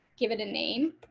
give it a name.